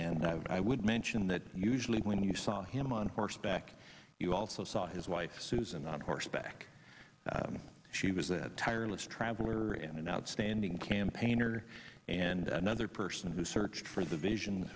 and i would mention that usually when you saw him on horseback you also saw his wife susan on horseback she was a tireless traveler and an outstanding campaigner and another person who searched for the vision